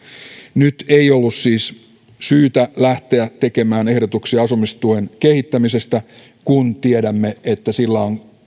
nyt ei ollut siis syytä lähteä tekemään ehdotuksia asumistuen kehittämisestä kun tiedämme että sillä on